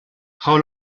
how